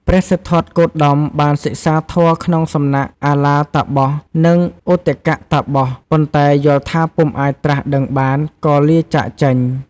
ព្រះសិទ្ធត្ថគោតមបានសិក្សាធម៌ក្នុងសំណាក់អាឡារតាបស និងឧទកតាបស ប៉ុន្តែយល់ថាពុំអាចត្រាស់ដឹងបាន ក៏លាចាកចេញ។